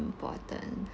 important